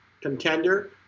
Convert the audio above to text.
contender